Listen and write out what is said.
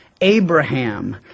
Abraham